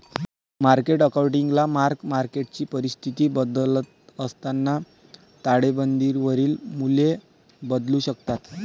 market अकाउंटिंगला mark मार्केटची परिस्थिती बदलत असताना ताळेबंदावरील मूल्ये बदलू शकतात